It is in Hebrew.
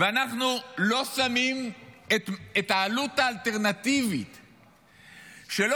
ואנחנו לא שמים את העלות האלטרנטיבית של,